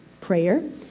prayer